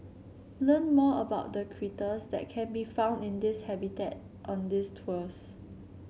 learn more about the critters that can be found in this habitat on these tours